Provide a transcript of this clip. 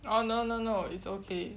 oh no no no it's okay